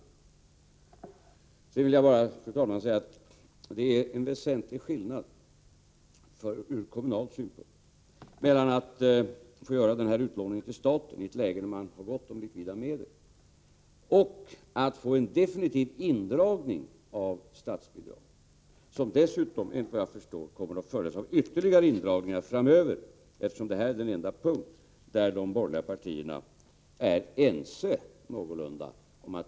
Sedan vill jag bara, fru talman, säga att det är en väsentlig skillnad ur kommunal synpunkt mellan att få göra den här utlåningen till staten i ett läge där man har gott om likvida medel och att få en definitiv indragning av statsbidrag, som dessutom, efter vad jag kan förstå, kommer att följas av ytterligare indragningar framöver, eftersom detta är den enda punkt där de borgerliga partierna är någorlunda ense.